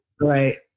Right